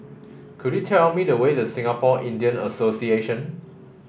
could you tell me the way to Singapore Indian Association